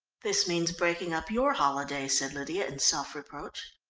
this means breaking up your holiday, said lydia in self-reproach.